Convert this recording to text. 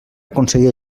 aconseguir